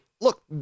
look